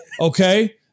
Okay